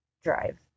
drive